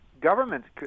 governments